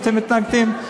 אתם מתנגדים.